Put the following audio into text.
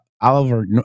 Oliver